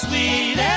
Sweet